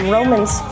Romans